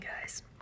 guys